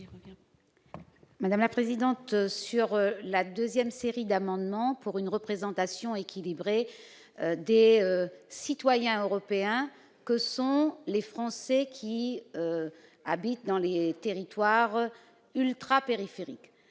m'exprimer sur la deuxième série d'amendements, pour une représentation équilibrée des citoyens européens que sont les Français habitant dans les territoires ultrapériphériques.